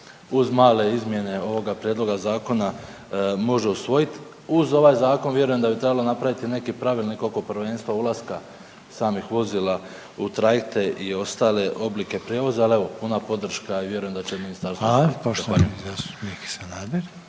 uz male izmjene ovoga prijedloga zakona može usvojit. Uz ovaj zakon vjerujem da bi trebalo napravit i neki pravilnik oko prvenstva ulaska samih vozila u trajekte i ostale oblike prijevoza, ali evo puna podrška i vjerujem da će ministarstvo